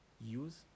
use